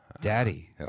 Daddy